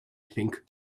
think